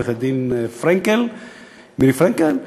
עו"ד מירי פרנקל.